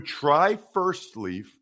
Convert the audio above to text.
tryfirstleaf